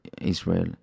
Israel